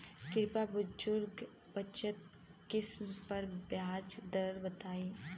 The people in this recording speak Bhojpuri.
कृपया बुजुर्ग बचत स्किम पर ब्याज दर बताई